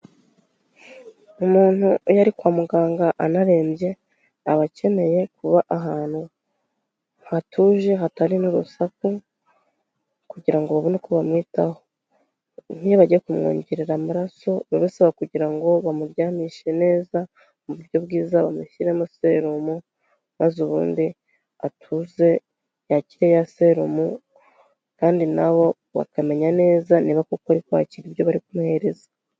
Umuntu iyo ari kwa muganga anarembye aba akeneye kuba ahantu hatuje hatari n'urusaku kugira ngo babone uko bamwitaho nk'iyo bagiye kumwongerera amaraso, biba bisaba kugira ngo bamuryamishe neza mu buryo bwiza, bamushyiremo serumu maze ubundi atuze yakire ya serumu kandi na bo bakamenya neza niba koko ari kwakira ibyo bari kumuhereza.